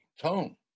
tone